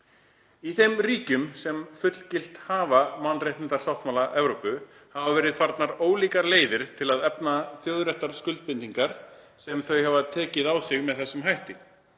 Í þeim ríkjum sem fullgilt hafa mannréttindasáttmála Evrópu hafa verið farnar ólíkar leiðir til að efna þjóðréttarskuldbindingar sem þau hafa tekið á sig með þessum hætti.